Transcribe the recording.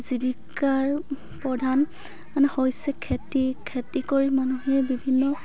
জীৱিকাৰ প্ৰধান হৈছে খেতি খেতি কৰি মানুহে বিভিন্ন